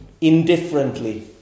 indifferently